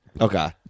Okay